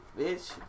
bitch